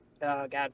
God